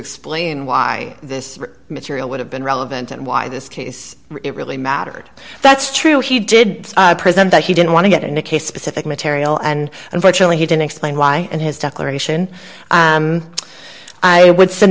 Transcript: explain why this material would have been relevant and why this case really mattered that's true he did present that he didn't want to get in a case specific material and unfortunately he didn't explain why in his declaration i would s